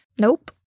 Nope